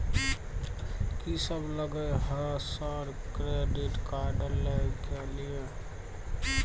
कि सब लगय हय सर क्रेडिट कार्ड लय के लिए?